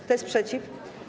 Kto jest przeciw?